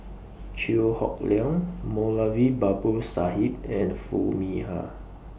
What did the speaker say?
Chew Hock Leong Moulavi Babu Sahib and Foo Mee Har